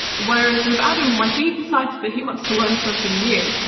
whereas with adam when he decides that he wants to learn something new.